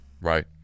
Right